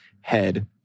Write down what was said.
head